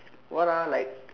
what ah like